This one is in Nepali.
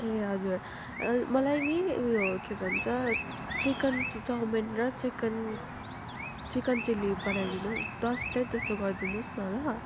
ए हजुर मलाई नि उयो के भन्छ चिकन चि चौमिन र चिकन चिकन चिल्ली बनाइदिनु दस प्लेट जस्तो गरिदिनुहोस् न ल